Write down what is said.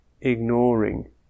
ignoring